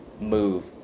move